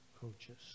coaches